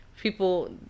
people